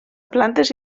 plantes